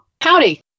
Howdy